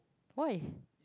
why